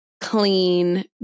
clean